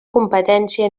competència